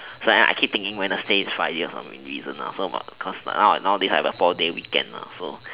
so so I keep thinking wednesday is friday for some reason so cause nowadays I have a four day weekends